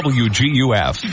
wguf